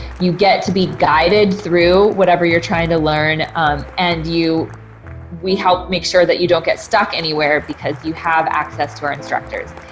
you get to be guided through whatever you're trying to learn, um and you u we help make sure that you don't get stuck anywhere because you have access to our instructors.